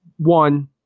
One